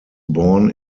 born